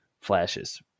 flashes